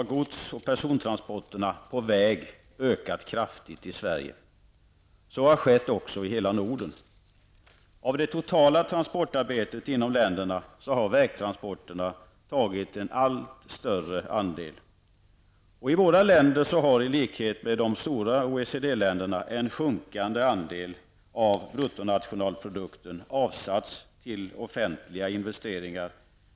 Så har också skett i hela Norden. Av det totala transportarbetet inom länderna har vägtransporterna tagit en allt större andel. I våra länder har, i likhet med de stora OECD-länderna, en sjunkande andel av bruttonationalprodukten avsatts till offentliga investeringar.